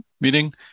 meeting